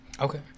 Okay